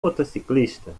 motociclista